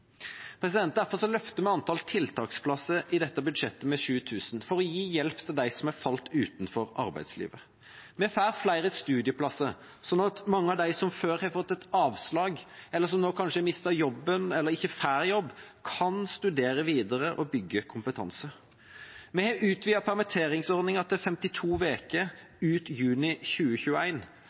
Derfor løfter vi antall tiltaksplasser i dette budsjettet med 7 000 for å gi hjelp til dem som har falt utenfor arbeidslivet. Vi får flere studieplasser, slik at mange av dem som før har fått avslag, eller som nå kanskje har mistet jobben – eller ikke får jobb – kan studere videre og bygge kompetanse. Vi har utvidet permitteringsordningen til 52 uker ut juni